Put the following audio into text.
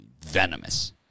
venomous